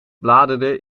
bladerde